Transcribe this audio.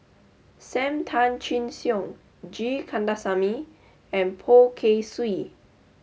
Sam Tan Chin Siong G Kandasamy and Poh Kay Swee